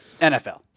NFL